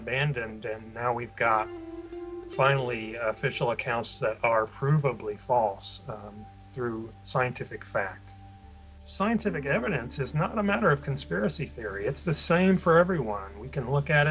abandoned and now we've got finally official accounts that are provably false through scientific fact scientific evidence is not a matter of conspiracy theory it's the same for everyone we can look at